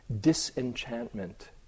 disenchantment